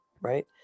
right